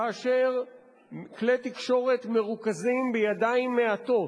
כאשר כלי תקשורת מרוכזים בידיים מעטות